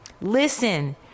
listen